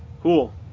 Cool